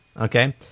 Okay